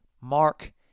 Mark